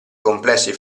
complessi